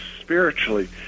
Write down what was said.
spiritually